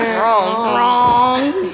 wrong. wrong.